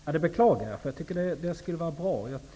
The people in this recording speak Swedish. Herr talman! Det beklagar jag. Jag tycker att det skulle vara bra.